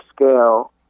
scale